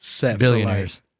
billionaires